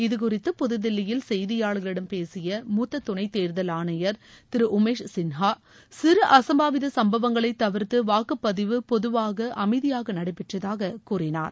இது குறித்து புதுதில்லியில் செய்தியாளரிடம் பேசிய மூத்த துணை தேர்தல் ஆணையர் திரு உமேஷ் சின்ஹா சிறு அசம்பாவித சம்பவங்களை தவிர்த்து வாக்குப் பதிவு பொதுவாக அமைதியாக நடைபெற்றதாக கூறினார்